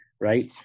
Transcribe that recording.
right